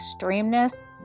extremeness